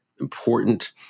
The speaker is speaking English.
Important